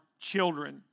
children